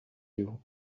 you